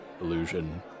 illusion